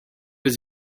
does